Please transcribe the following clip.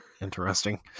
interesting